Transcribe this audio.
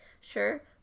sure